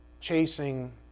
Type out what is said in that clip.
chasing